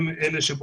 שם